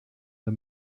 the